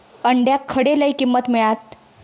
अंड्याक खडे लय किंमत मिळात?